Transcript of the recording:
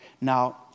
now